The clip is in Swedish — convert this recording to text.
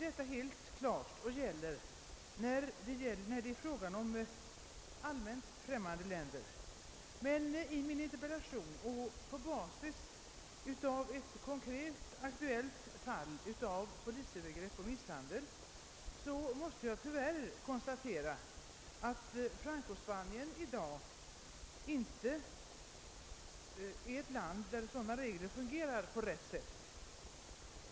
Detta gäller givetvis rent allmänt när det är fråga om främmande länder, men i min interpellation har jag på basis av ett konkret, aktuellt fall av polisövergrepp och misshandel konstaterat att Francospanien inte är ett land där sådana regler i dag fungerar på rätt sätt.